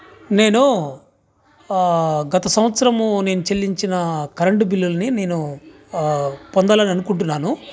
నేను గత సంవత్సరము నేను చెల్లించిన కరెంటు బిల్లుల్ని నేను పొందాలని అనుకుంటున్నాను